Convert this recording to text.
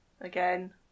again